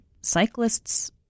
Cyclists